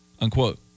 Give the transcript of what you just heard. unquote